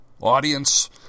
audience